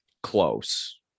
close